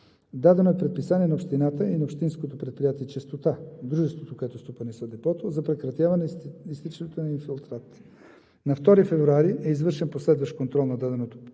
Дадено е предписание на Общината и на Общинското предприятие „Чистота“ – дружеството, което стопанисва депото, за прекратяване изтичането на инфилтрат. На 2 февруари е извършен последващ контрол на даденото предписание,